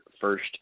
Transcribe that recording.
first